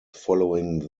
following